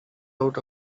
out